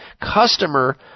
customer